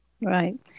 Right